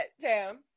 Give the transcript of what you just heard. Tam